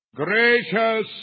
Gracious